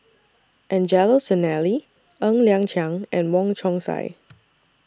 Angelo Sanelli Ng Liang Chiang and Wong Chong Sai